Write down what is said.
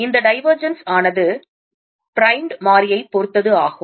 இந்த divergence ஆனது primed மாறியை பொறுத்தது ஆகும்